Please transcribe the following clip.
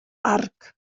arc